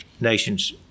nations